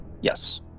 Yes